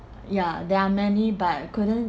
ya there are many but couldn't